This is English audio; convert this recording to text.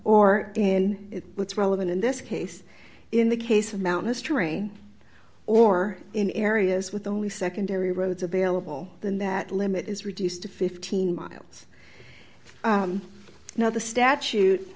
or in what's relevant in this case in the case of mountainous terrain or in areas with only secondary roads available than that limit is reduced to fifteen miles now the statu